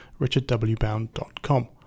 richardwbound.com